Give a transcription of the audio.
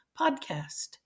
podcast